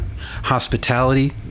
Hospitality